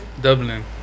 dublin